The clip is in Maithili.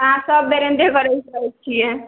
अहाँ सब बेर एनाहिते करैत रहै छियै